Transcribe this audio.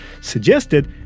suggested